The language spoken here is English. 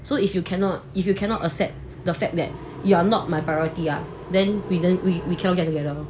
so if you cannot if you cannot accept the fact that you are not my priority ah then we then we we cannot get together lor